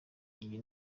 iyi